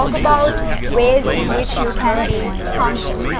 about ways in which you can be function.